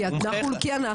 כי אנחנו לא מומחים רפואיים.